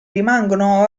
rimangono